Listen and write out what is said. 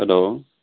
hello